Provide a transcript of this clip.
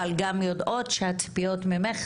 אבל גם יודעות שהציפיות ממך